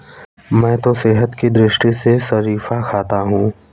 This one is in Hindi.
मैं तो सेहत के दृष्टिकोण से शरीफा खाता हूं